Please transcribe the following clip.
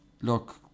look